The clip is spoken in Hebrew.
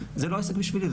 זה לא עסק בשבילי,